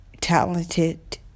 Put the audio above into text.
talented